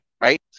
right